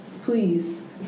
Please